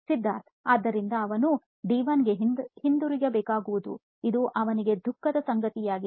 ಸಿದ್ಧಾರ್ಥ್ ಆದ್ದರಿಂದ ಅವನು ಡಿ 1 ಗೆ ಹಿಂತಿರುಗಬೇಕಾಗುವುದು ಇದು ಅವನಿಗೆ ದುಃಖದ ಸಂಗತಿಯಾಗಿದೆ